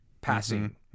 passing